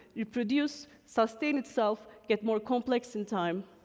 reproduce, sustain itself, get more complex in time,